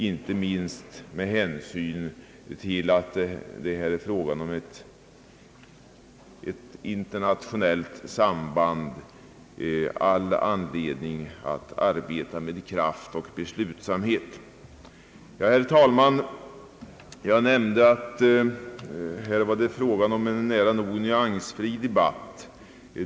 Inte minst med hänsyn till att det här är en fråga med ett internationellt samband har vi all anledning att arbeta med kraft och beslutsamhet. Herr talman! Jag nämnde att debatten var nära nog nyansfri.